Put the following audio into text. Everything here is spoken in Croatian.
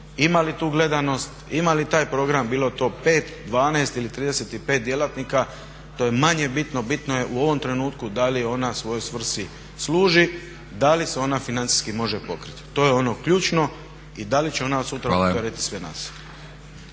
ima li tu gledanost, ima li taj program bilo to 5, 12 ili 35 djelatnika to je manje bitno, bitno je u ovom trenutku da li ona svojoj svrsi služi, da li se ona financijski može pokriti, to je ono ključno i da li će ona od sutra opteretit sve nas.